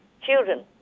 children